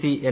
C N